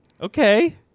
Okay